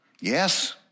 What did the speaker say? Yes